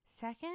Second